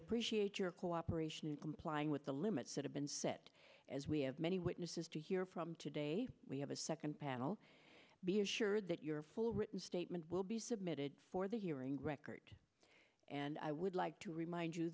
appreciate your cooperation in complying with the limits that have been sit as we have many witnesses to hear from today we have a second panel be assured that your full written statement will be submitted for the hearing record and i would like to remind you